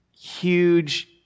huge